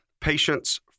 Patients